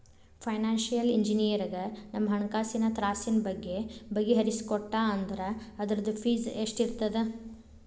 Financial ಇಂಜಿನಿಯರಗ ನಮ್ಹಣ್ಕಾಸಿನ್ ತ್ರಾಸಿನ್ ಬಗ್ಗೆ ಬಗಿಹರಿಸಿಕೊಟ್ಟಾ ಅಂದ್ರ ಅದ್ರ್ದ್ ಫೇಸ್ ಎಷ್ಟಿರ್ತದ?